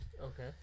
Okay